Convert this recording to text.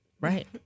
right